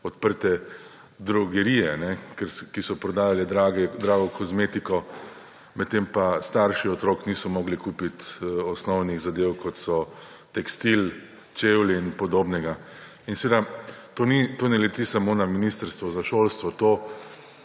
odprte drogerije, ki so prodajale drago kozmetiko, medtem pa starši otrok niso mogli kupiti osnovnih zadev, kot so tekstil, čevlji in podobno. To ne leti samo na ministrstvo za šolstvo, to